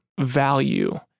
value